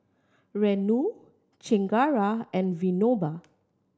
Renu Chengara and Vinoba